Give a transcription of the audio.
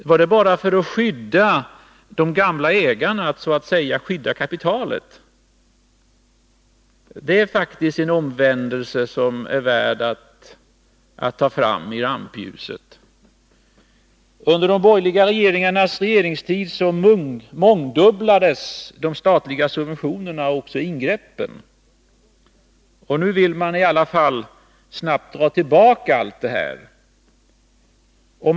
Var det bara för att skydda de gamla ägarna, för att skydda kapitalet? Det är faktiskt en omvändelse som är värd att ta fram i rampljuset. Under de borgerligas regeringstid mångdubblades de statliga subventionerna och ingreppen. Nu vill man i alla fall snabbt dra tillbaka allt detta.